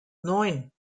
neun